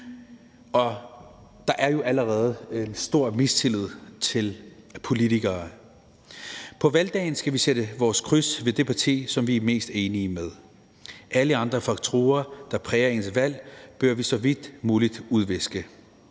og der er jo allerede en stor mistillid til politikere. På valgdagen skal vi sætte vores kryds ved det parti, som vi er mest enige med. Alle andre faktorer, der præger ens valg, bør vi så vidt muligt udviske.